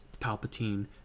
Palpatine